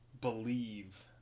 believe